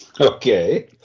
Okay